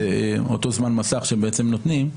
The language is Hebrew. שזה אותו זמן מסך שהם נותנים,